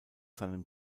seinem